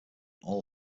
all